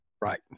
Right